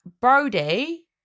Brody